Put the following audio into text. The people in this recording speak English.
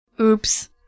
Oops